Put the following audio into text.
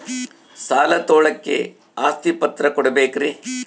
ಸಾಲ ತೋಳಕ್ಕೆ ಆಸ್ತಿ ಪತ್ರ ಕೊಡಬೇಕರಿ?